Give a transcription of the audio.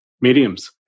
mediums